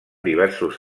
diversos